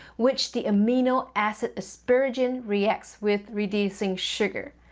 which the amino acid asparagine reacts with reducing sugar.